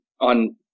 on